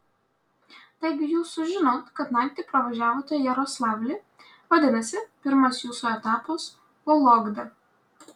taigi jūs sužinot kad naktį pravažiavote jaroslavlį vadinasi pirmas jūsų etapas vologda